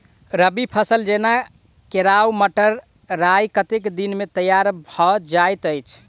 रबी फसल जेना केराव, मटर, राय कतेक दिन मे तैयार भँ जाइत अछि?